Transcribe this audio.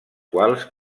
quals